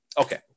Okay